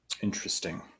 interesting